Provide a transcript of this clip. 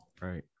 Right